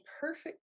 perfect